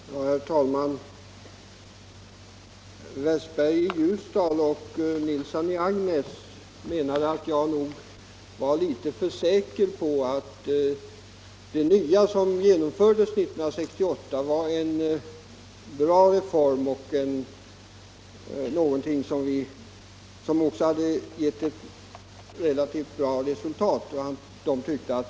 Herr talman! Herr Westberg i Ljusdal och herr Nilsson i Agnäs menade att jag nog var litet för säker på att de nyheter på detta område som genomfördes 1968 var bra och att jag menade att det blivit ett relativt bra resultat.